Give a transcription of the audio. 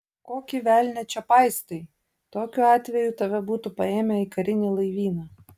kokį velnią čia paistai tokiu atveju tave būtų paėmę į karinį laivyną